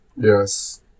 Yes